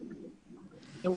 בבקשה,